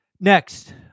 Next